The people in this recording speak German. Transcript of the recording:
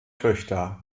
töchter